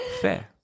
fair